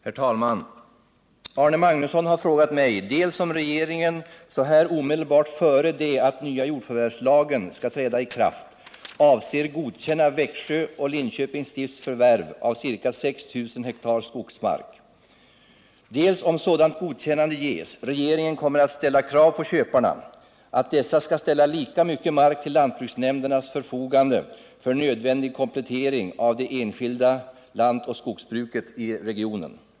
Herr talman! Arne Magnusson har frågat mig dels om regeringen så här omedelbart före det att den nya jordförvärvslagen skall träda i kraft avser att godkänna Växjö och Linköpings stifts förvärv av ca 6 000 ha skogsmark, dels — om sådant godkännande ges — om regeringen kommer att ställa krav på köparna att dessa skall ställa lika mycket mark till lantbruksnämndernas förfogande för nödvändig komplettering av det enskilda lantoch skogsbruket i regionen.